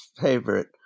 favorite